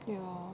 对 lor